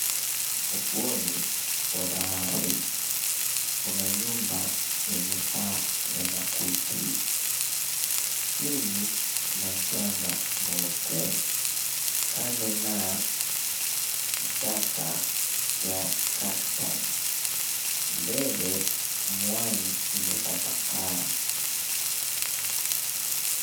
Ufuoni wa bahari kuna nyumba yenye paa ya makuti chini kuna mchanga mweupe kando na kichaka ya cactus . Mbele mwani imetapakaa.